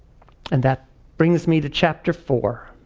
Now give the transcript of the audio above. and that brings me to chapter four.